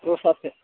रसा